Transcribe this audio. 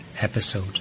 episode